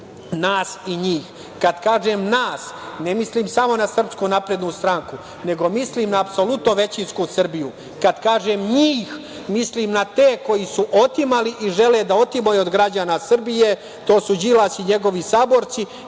nas i njih. Kad kažem nas, ne mislim samo na SNS, nego mislim na apsolutno većinsku Srbiju. Kad kažem njih, mislim na te koji su otimali i žele da otimaju od građana Srbije, to su Đilas i njegovi saborci,